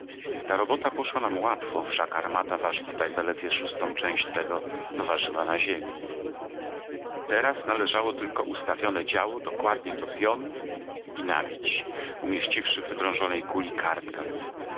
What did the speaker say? ta robota poszła nam łatwo wszak armata waży tutaj zaledwie szóstą część tego co ważyła na ziemi teraz należało tylko ustawić działo dokładnie do pionu i nabić umieściwszy w wydrążonej kuli kartkę